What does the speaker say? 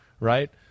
right